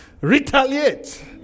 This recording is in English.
retaliate